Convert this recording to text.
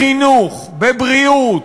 בחינוך, בבריאות,